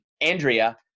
Andrea